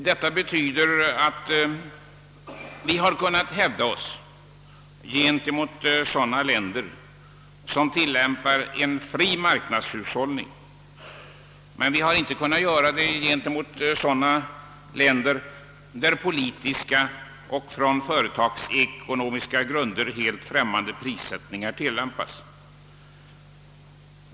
Det betyder att vi har kunnat hävda oss gentemot länder som tillämpar en fri marknadshushållning, medan vi inte har kunnat göra det gentemot länder där politiska och för företagsekonomiska grunder helt främmande prissättningar tillämpas.